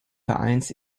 vereins